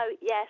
yes